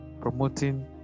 promoting